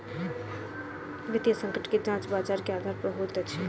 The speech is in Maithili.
वित्तीय संकट के जांच बजार के आधार पर होइत अछि